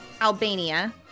Albania